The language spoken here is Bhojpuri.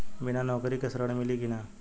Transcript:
बिना नौकरी के ऋण मिली कि ना?